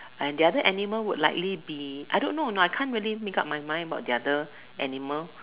and the other animal would likely be I don't know you know I can't really make-up my mind about the other animal